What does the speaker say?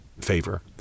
favor